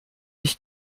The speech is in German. ich